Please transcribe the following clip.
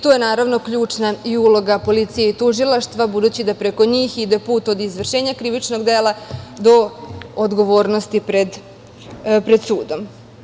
Tu je, naravno, ključna i uloga policije i tužilaštva, budući da preko njih ide put od izvršenja krivičnog dela do odgovornosti pred sudom.